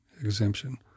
exemption